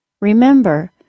Remember